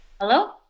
Hello